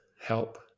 help